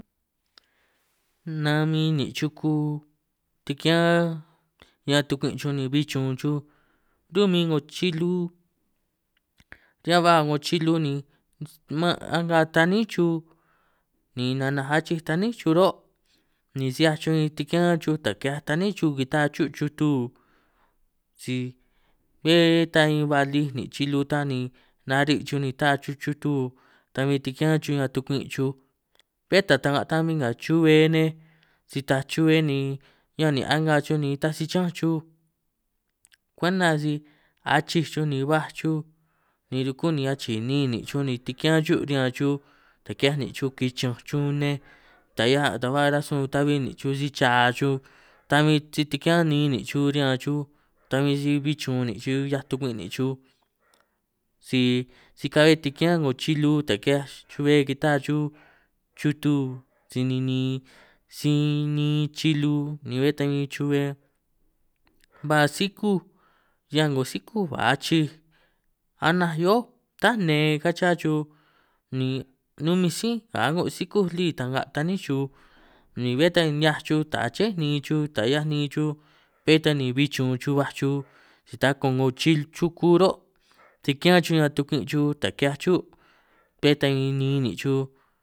Nan min nin' chuku tikián riñan tukwin' xuj ni bi chun chuj, ru'min 'ngo chilu riñan ba 'ngo chilu ni man' a'nga taní chuj, ni nanaj achij taní chuj ro' ni si 'hiaj chuj huin tikián chuj taj ki'hiaj taní kita'a chu chutu, si bé ta huin ba lij nin' chilu ta ni nari' chuj ni ta'a chuj chutu, ta huin tikián chuj riñan tukwi' chuj bé ta ta'nga' ta huin nga chuhue nej si taaj chuhue ni ñan nin' a'nga chuj ni taj si chi'ñanj chuj, kwenta si achij chuj ni baj chuj ni ruku ni achii nni nin' chuj ni tikián chú riñan chuj, taj ki'hiaj nin' chuj kichi'ñanj chuj nej taj 'hiaj ta ba rasun ta'bi nin' chuj si cha chuj ta huin si tikián nni nin' chuj riñan chu ta bin si bin chun nin' chuj 'hiaj tukwi' nin' chuj, si si ka'bbe tikián 'ngo chilu taj ki'hiaj chu'be chuhue kita'a chuj chutu si ninin si niin chilu ni bé ta huin chuhue, ba sikúj 'hiaj 'ngo sikúj ba achij anáj hioó ta nne kan yihia chu ni numinj sí' nga a'ngo sikúj lí ta nga taní chuj, ni bé ta 'hiaj chuj taj ché nni chuj taj nni chuj bé ta ni bin chun chuj baj chuj ta ko'ngo chil chuku ro', tikián chu riñan tukwin' chuj ta ki'hiaj chú' bé ta huin niin nin' chuj.